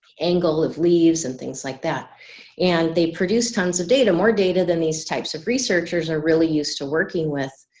angle of leaves and things like that and they produce tons of data more data than these types of researchers are really used to working with.